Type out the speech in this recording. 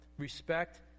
Respect